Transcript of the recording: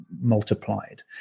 multiplied